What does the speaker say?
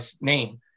name